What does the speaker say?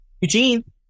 Eugene